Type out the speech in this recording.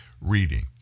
reading